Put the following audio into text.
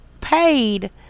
paid